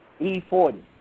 E40